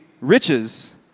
riches